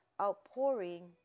Outpouring